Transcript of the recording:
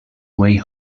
way